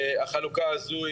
החלוקה הזו,